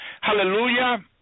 Hallelujah